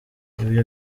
ibi